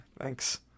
thanks